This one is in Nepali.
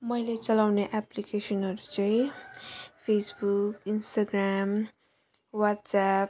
मैले चलाउने एप्लिकेसनहरू चाहिँ फेसबुक इन्सटाग्र्याम ह्वाट्सएप